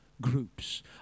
Groups